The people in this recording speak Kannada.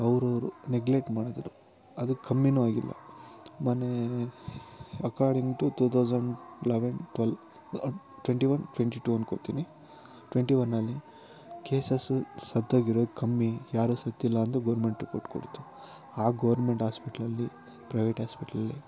ಅವರು ಅವರು ನೆಗ್ಲೆಟ್ ಮಾಡಿದ್ರು ಅದು ಕಮ್ಮಿಯೂ ಆಗಿಲ್ಲ ಮೊನ್ನೇ according to two thousand eleven twelve twenty one twenty two ಅನ್ಕೋತೀನಿ ಟ್ವೆಂಟಿ ಒನ್ನಲ್ಲಿ ಕೇಸಸ್ ಸತ್ತೋಗಿರೋದು ಕಮ್ಮಿ ಯಾರೂ ಸತ್ತಿಲ್ಲ ಅಂತ ಗೋರ್ಮೆಂಟ್ ರಿಪೋರ್ಟ್ ಕೊಡ್ತು ಆ ಗೋರ್ಮೆಂಟ್ ಹಾಸ್ಪಿಟ್ಲಲ್ಲಿ ಪ್ರೈವೇಟ್ ಹಾಸ್ಪಿಟ್ಲಲ್ಲಿ